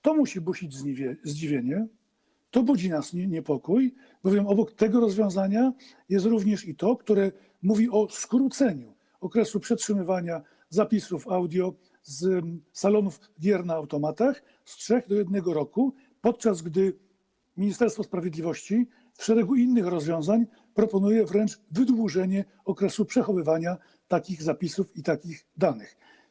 To musi budzić zdziwienie, to budzi nasz niepokój, bowiem obok tego rozwiązania jest również to, które mówi o skróceniu okresu przetrzymywania zapisów audio z salonów gier na automatach z 3 lat do 1 roku, podczas gdy Ministerstwo Sprawiedliwości w szeregu innych rozwiązań proponuje wręcz wydłużenie okresu przechowywania takich zapisów i takich danych.